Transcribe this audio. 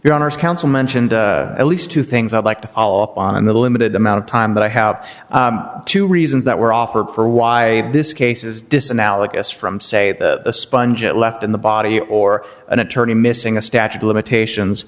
your honor's counsel mentioned at least two things i'd like to follow up on the limited amount of time that i have two reasons that were offered for why this case is disanalogy us from say the sponge it left in the body or an attorney missing a statute of limitations